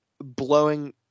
blowing